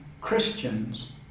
Christians